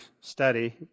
study